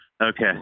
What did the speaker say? Okay